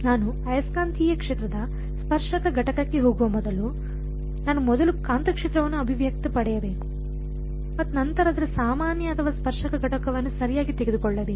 ನಾನು ಆಯಸ್ಕಾಂತೀಯ ಕ್ಷೇತ್ರದ ಸ್ಪರ್ಶಕ ಘಟಕಕ್ಕೆ ಹೋಗುವ ಮೊದಲು ನಾನು ಮೊದಲು ಕಾಂತಕ್ಷೇತ್ರಕ್ಕೆ ಅಭಿವ್ಯಕ್ತಿ ಪಡೆಯಬೇಕು ಮತ್ತು ನಂತರ ಅದರ ಸಾಮಾನ್ಯ ಅಥವಾ ಸ್ಪರ್ಶಕ ಘಟಕವನ್ನು ಸರಿಯಾಗಿ ತೆಗೆದುಕೊಳ್ಳಬೇಕು